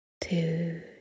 two